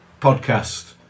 podcast